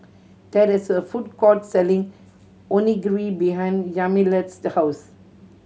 there is a food court selling Onigiri behind Yamilet's house